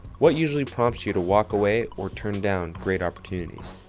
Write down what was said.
what usually prompts you to walk away or turn down great opportunities?